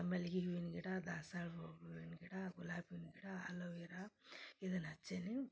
ಮಲ್ಗೆ ಹೂವಿನ ಗಿಡ ದಾಸ್ವಾಳ್ ಹೂವಿನ ಗಿಡ ಗುಲಾಬಿ ಹೂವಿನ ಗಿಡ ಅಲೋ ವೇರ ಇದನ್ನು ಹಚ್ಚೀನಿ